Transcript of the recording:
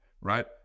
right